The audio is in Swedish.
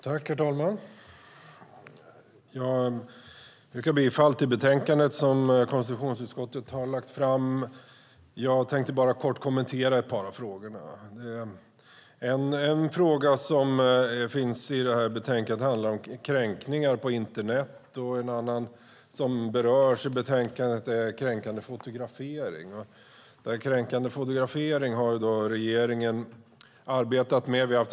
Herr talman! Jag yrkar bifall till förslaget i konstitutionsutskottets betänkande. Jag tänkte bara kortfattat kommentera ett par av frågorna. En fråga som tas upp i detta betänkande handlar om kränkningar på internet. En annan fråga som berörs i betänkandet handlar om kränkande fotografering. Denna fråga har regeringen arbetat med.